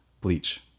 Bleach